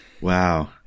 Wow